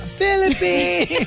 Philippines